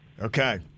Okay